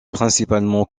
principalement